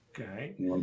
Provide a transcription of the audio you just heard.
Okay